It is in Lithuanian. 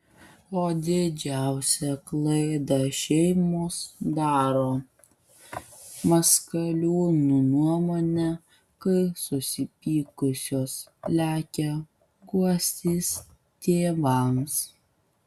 o didžiausią klaidą šeimos daro maskaliūnų nuomone kai susipykusios lekia guostis tėvams